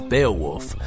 Beowulf